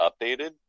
updated